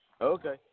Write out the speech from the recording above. Okay